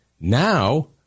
Now